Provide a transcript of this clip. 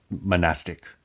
monastic